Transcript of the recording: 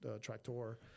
tractor